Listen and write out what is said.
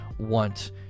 want